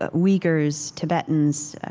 ah uyghurs, tibetans,